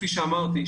כפי שאמרתי,